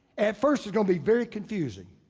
at first is gonna be very confusing.